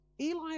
Eli